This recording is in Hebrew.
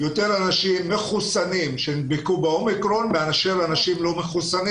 יותר אנשים מחוסנים שנדבקו ב-אומיקרון מאשר אנשים לא מחוסנים